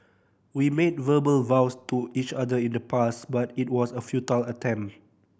we made verbal vows to each other in the past but it was a futile attempt